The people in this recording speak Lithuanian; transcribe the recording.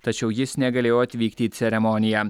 tačiau jis negalėjo atvykti į ceremoniją